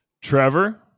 Trevor